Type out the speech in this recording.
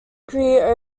career